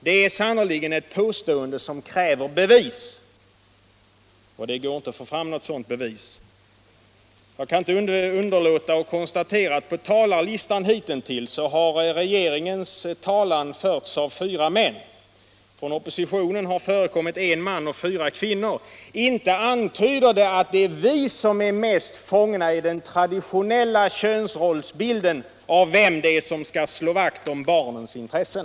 Det är sannerligen ett påstående som kräver bevis — och det går inte att få fram något sådant. Jag kan inte underlåta att konstatera att enligt talarlistan har regeringens talan hittills förts av fyra män. Från oppositionen har en man och fyra kvinnor uppträtt. Inte antyder detta att det är vi som är mest fångna i den traditionella könsrollsbilden av vem det är som skall slå vakt om barnens intressen.